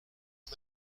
est